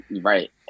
Right